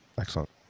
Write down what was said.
Excellent